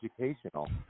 educational